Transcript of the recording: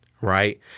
Right